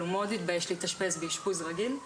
אבל הוא מאוד התבייש להתאשפז באשפוז רגיל,